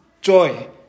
Joy